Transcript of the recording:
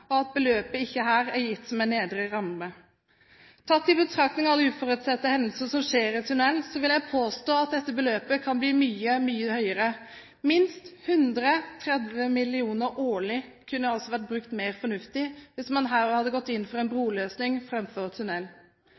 og at beløpet her ikke er gitt som en nedre ramme. Tatt i betraktning alle uforutsette hendelser som skjer i tunneler, vil jeg påstå at dette beløpet kan bli mye høyere. Minst 130 mill. kr årlig kunne altså vært brukt mer fornuftig hvis man hadde gått inn for en broløsning